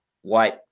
white